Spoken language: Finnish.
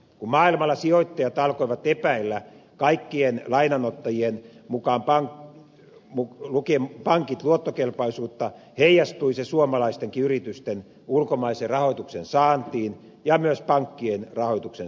kun maailmalla sijoittajat alkoivat epäillä kaikkien lainanottajien mukaan lukien pankit luottokelpoisuutta heijastui se suomalaistenkin yritysten ulkomaisen rahoituksen saantiin ja myös pankkien rahoituksen saantiin